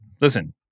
listen